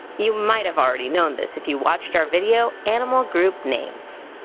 you might have already known this if you watched our video animal group names